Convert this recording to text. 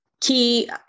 key